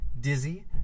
Dizzy